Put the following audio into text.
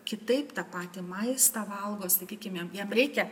kitaip tą patį maistą valgo sakykim jam reikia